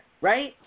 right